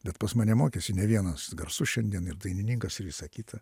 bet pas mane mokėsi ne vienas garsus šiandien ir dainininkas ir visa kita